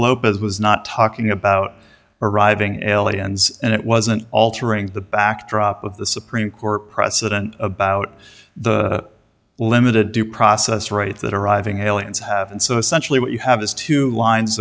lopez was not talking about arriving aliens and it wasn't altering the backdrop of the supreme court precedent about the limited due process rights that arriving aliens have and so essentially what you have is two lines